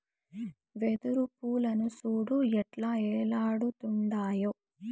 వెదురు పూలను సూడు ఎట్టా ఏలాడుతుండాయో